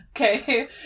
Okay